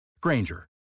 Granger